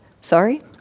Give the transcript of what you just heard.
Sorry